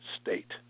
state